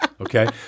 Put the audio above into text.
Okay